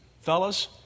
fellas